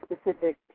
specific